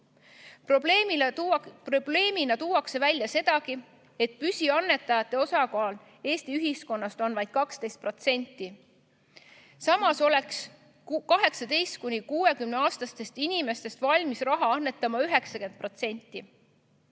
tuuakse välja sedagi, et püsiannetajate osakaal Eesti ühiskonnas on vaid 12%. Samas oleks 18–60‑aastastest inimestest valmis raha annetama 90%.